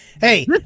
Hey